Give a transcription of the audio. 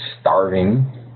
starving